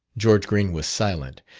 george green was silent,